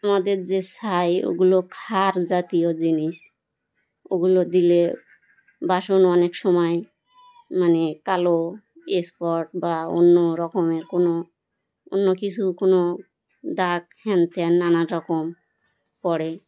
আমাদের যে ছাই ওগুলো ক্ষার জাতীয় জিনিস ওগুলো দিলে বাসন অনেক সময় মানে কালো স্পট বা অন্য রকমের কোনো অন্য কিছু কোনো দাগ হ্যানত্যান নানা রকম পড়ে